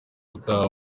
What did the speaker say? ubutaha